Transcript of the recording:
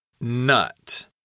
Nut